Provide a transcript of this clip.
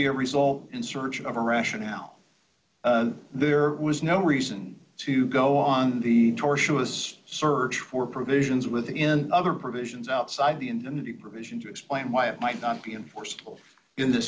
be a result in search of a rationale there was no reason to go on the torturous search for provisions within other provisions outside the in the provision to explain why it might not be enforced in th